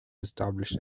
established